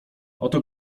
oto